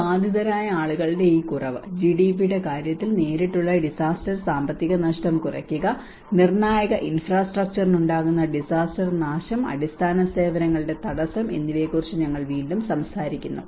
ഈ ബാധിതരായ ആളുകളുടെ ഈ കുറവ് ജിഡിപിയുടെ കാര്യത്തിൽ നേരിട്ടുള്ള ഡിസാസ്റ്റർ സാമ്പത്തിക നഷ്ടം കുറയ്ക്കുക നിർണായക ഇൻഫ്രാസ്ട്രക്ചറിനുണ്ടാകുന്ന ഡിസാസ്റ്റർ നാശം അടിസ്ഥാന സേവനങ്ങളുടെ തടസ്സം എന്നിവയെക്കുറിച്ച് ഞങ്ങൾ വീണ്ടും സംസാരിക്കുന്നു